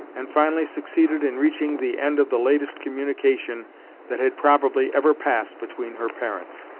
and finally succeeded in reaching the end of the latest communication that had probably ever passed between her parents.